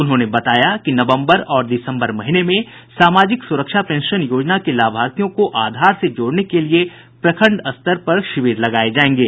उन्होंने बताया कि नवम्बर और दिसम्बर महीने में सामाजिक सुरक्षा पेंशन योजना के लाभार्थियों को आधार से जोड़ने के लिए प्रखंड स्तर पर शिविर लगाये जायेंगे